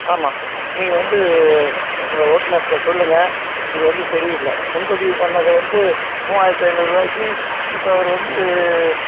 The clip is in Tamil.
ஆமாம் நீங்கள் வந்து உங்கள் ஓட்டுனர்கிட்ட சொல்லுங்கள் இது வந்து சரியில்லை முன்பதிவு பண்ணது வந்து மூவாயிரத்து ஐந்நூறுவாய்க்கி இப்போ அவர் வந்து